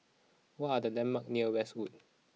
what are the landmarks near Westwood